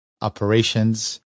operations